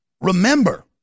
Remember